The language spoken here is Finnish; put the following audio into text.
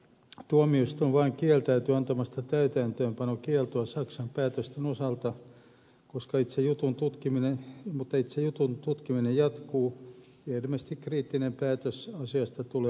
tuomioistuin vain kieltäytyi antamasta täytäntöönpanokieltoa saksan päätösten osalta mutta itse jutun tutkiminen jatkuu ja ilmeisesti kriittinen päätös asiasta tulee aikanaan